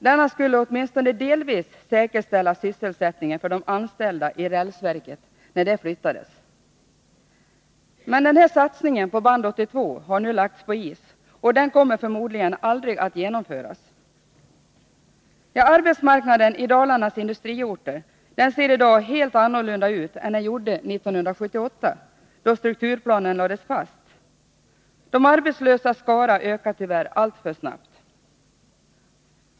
Denna skulle åtminstone delvis säkerställa sysselsättningen för de anställda i rälsverket när det flyttades. Men denna satsning på Band 82 har nu lagts på is och kommer förmodligen aldrig att genomföras. Arbetsmarknaden i Dalarnas industriorter ser i dag helt annorlunda ut än den gjorde 1978, då strukturplanen lades fast. De arbetslösas skara ökar tyvärr alltför snabbt.